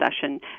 session